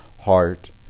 heart